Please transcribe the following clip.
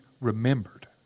remembered